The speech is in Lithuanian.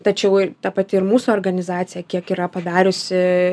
tačiau i ta pati ir mūsų organizacija kiek yra padariusi